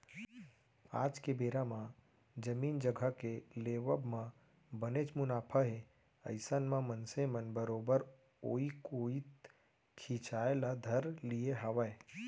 आज के बेरा म जमीन जघा के लेवब म बनेच मुनाफा हे अइसन म मनसे मन बरोबर ओइ कोइत खिंचाय ल धर लिये हावय